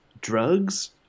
drugs